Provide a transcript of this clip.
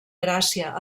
gràcia